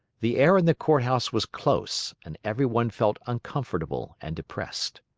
the air in the court house was close, and every one felt uncomfortable and depressed.